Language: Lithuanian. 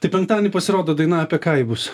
tai penktadienį pasirodo daina apie ką ji bus